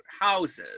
houses